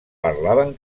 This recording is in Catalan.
parlaven